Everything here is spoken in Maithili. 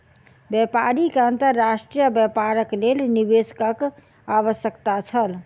व्यापारी के अंतर्राष्ट्रीय व्यापारक लेल निवेशकक आवश्यकता छल